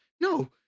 No